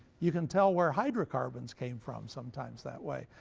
you can tell where hydrocarbons came from sometimes that way.